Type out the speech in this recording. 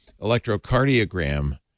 electrocardiogram